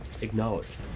Acknowledged